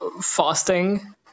fasting